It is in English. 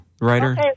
writer